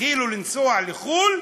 התחילו לנסוע לחו"ל,